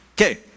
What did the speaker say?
Okay